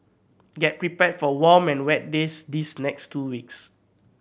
get prepared for warm and wet days these next two weeks